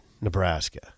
Nebraska